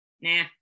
nah